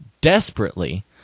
desperately